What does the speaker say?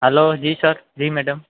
hello જી sir જી madam